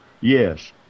Yes